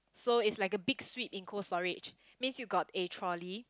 so it's like a Big Sweep in Cold-Storage means you got a trolley